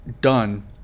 done